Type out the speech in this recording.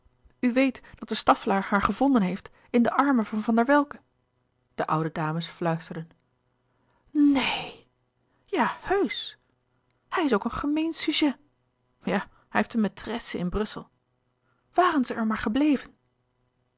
weet dat de staffelaer haar gevonden heeft in de armen van van der welcke de oude dames fluisterden neen ja heusch hij is ook een gemeen sujet ja hij heeft een maîtresse in brussel waren ze er maar gebleven